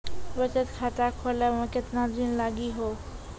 बचत खाता खोले मे केतना दिन लागि हो?